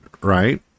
right